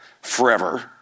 forever